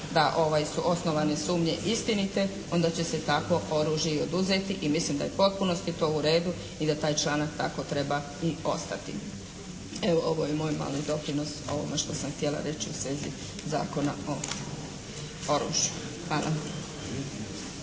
da su osnovane sumnje istine onda će se takvo oružje i oduzeti i mislim da je u potpunosti to u redu i da taj članak tako treba i ostati. Evo, ovo je moj mali doprinos o ovome što sam htjeli reći u svezi Zakona o oružju. Hvala.